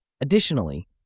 Additionally